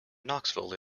knoxville